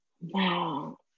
Wow